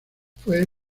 fue